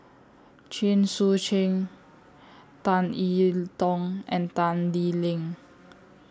Chen Sucheng Tan E Tong and Tan Lee Leng